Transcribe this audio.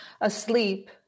asleep